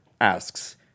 asks